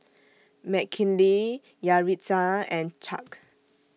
Mckinley Yaritza and Chuck